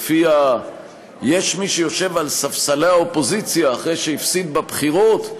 שלפיה יש מי שיושב על ספסלי האופוזיציה אחרי שהפסיד בבחירות,